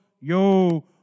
yo